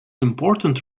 important